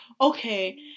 okay